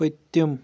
پٔتِم